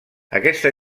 aquesta